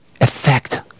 effect